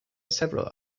several